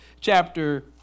chapter